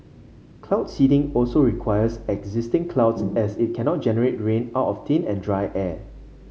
cloud seeding also requires existing clouds as it cannot generate rain out of thin and dry air